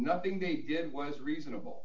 nothing they did was reasonable